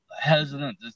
hesitant